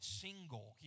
single